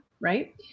right